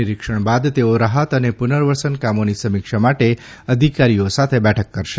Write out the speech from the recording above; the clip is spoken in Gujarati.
નિરીક્ષણ બાદ તેઓ રાહત અને પુનર્વસન કામોની સમીક્ષા માટે અધિકારીઓ સાથે બેઠક કરશે